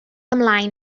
ymlaen